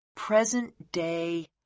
present-day